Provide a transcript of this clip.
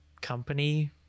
Company